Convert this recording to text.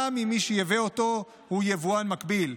גם אם מי שייבא אותו הוא יבואן מקביל.